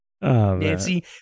Nancy